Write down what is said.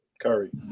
Curry